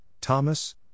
Thomas